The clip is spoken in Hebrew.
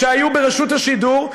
שהיו ברשות השידור,